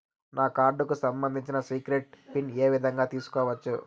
నా కార్డుకు సంబంధించిన సీక్రెట్ పిన్ ఏ విధంగా తీసుకోవచ్చు?